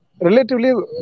relatively